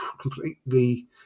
completely